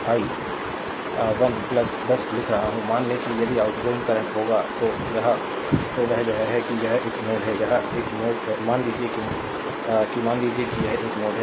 आई 1 10 लिख रहा हूं मान लें कि यदि आउटगोइंग करंट होगा तो वह यह है कि यह एक नोड है यह एक नोड है मान लीजिए कि मान लीजिए कि यह एक नोड है